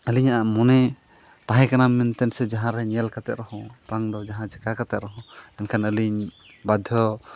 ᱟᱹᱞᱤᱧᱟᱜ ᱢᱚᱱᱮ ᱛᱟᱦᱮᱸ ᱠᱟᱱᱟ ᱢᱮᱱᱛᱮᱫ ᱥᱮ ᱡᱟᱦᱟᱸ ᱨᱮ ᱧᱮᱞ ᱠᱟᱛᱮᱫ ᱨᱮᱦᱚᱸ ᱵᱟᱝ ᱫᱚ ᱡᱟᱦᱟᱸ ᱪᱤᱠᱟᱹ ᱠᱟᱛᱮᱫ ᱨᱮᱦᱚᱸ ᱢᱮᱱᱠᱷᱟᱱ ᱟᱹᱞᱤᱧ ᱵᱟᱫᱽᱫᱷᱚ